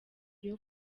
iyo